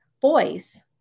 boys